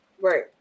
Right